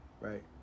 right